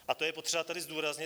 A to je potřeba tady zdůraznit.